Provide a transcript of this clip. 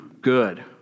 good